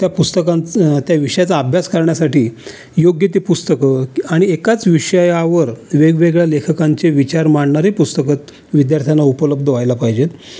त्या पुस्तकांचं त्या विषयाचा अभ्यास करण्यासाठी योग्य ती पुस्तकं आणि एकाच विषयावर वेगवेगळ्या लेखकांचे विचार मांडणारी पुस्तकं विद्यार्थ्यांना उपलब्ध व्हायला पाहिजेत